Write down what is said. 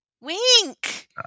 Wink